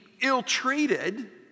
ill-treated